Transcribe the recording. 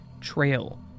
trail